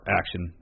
action